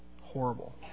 Horrible